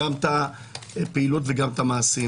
את הפעילות ואת המעשים,